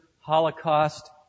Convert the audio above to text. holocaust